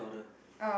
oh